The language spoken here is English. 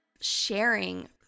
sharing